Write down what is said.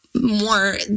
more